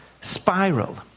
spiral